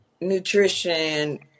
nutrition